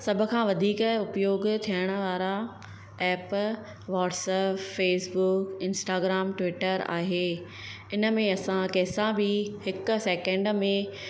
सभ खां वधीक उपयोग थियण वारा app WhatsApp Facebook Instagram Twitter आहे इन में असां कंहिं सां बि हिक सैकेंड में